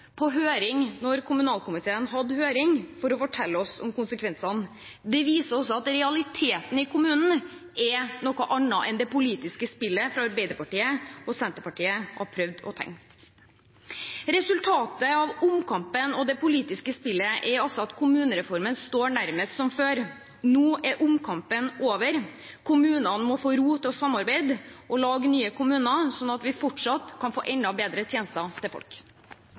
på høring da kommunalkomiteen hadde høring, for å fortelle oss om konsekvensene. Det viser at realitetene i kommunene er noe annet enn det som det politiske spillet fra Arbeiderpartiet og Senterpartiet har prøvd å tegne. Resultatet av omkampen og det politiske spillet er altså at kommunereformen står nærmest som før. Nå er omkampen over. Kommunene må få ro til å samarbeide og lage nye kommuner, sånn at vi fortsatt kan få enda bedre tjenester til folk.